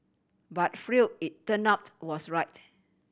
but Freud it turn out was right